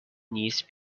niece